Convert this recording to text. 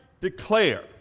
declare